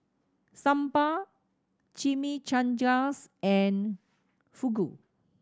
Sambar Chimichangas and Fugu